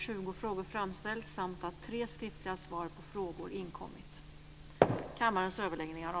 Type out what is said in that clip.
Jag ser fram mot de debatterna.